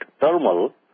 thermal